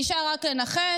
נשאר רק לנחש.